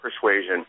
persuasion